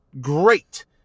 great